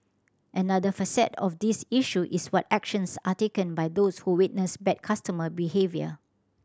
another facet of this issue is what actions are taken by those who witness bad customer behaviour